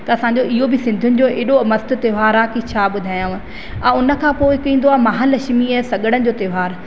त असांजो इहो बि सिंधिन जो एॾो मस्तु त्योहारु आहे की छा ॿुधायांव ऐं उन खां पोइ हिकु ईंदो आहे महालक्ष्मीअ जो सॻड़नि जो त्योहारु